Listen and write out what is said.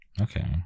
Okay